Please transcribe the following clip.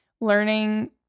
learning